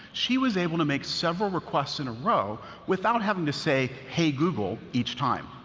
she was able to make several requests in a row without having to say hey google each time.